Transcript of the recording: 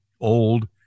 old